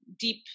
deep